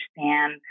understand